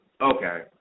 Okay